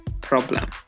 problem